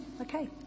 Okay